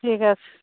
ঠিক আছে